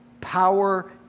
power